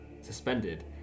suspended